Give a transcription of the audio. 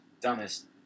Dumbest